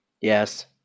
yes